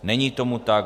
Není tomu tak.